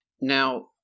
Now